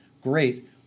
great